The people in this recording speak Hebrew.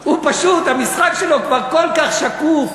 הוא, פשוט המשחק שלו כבר כל כך שקוף,